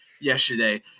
Yesterday